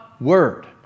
word